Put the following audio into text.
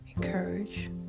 encourage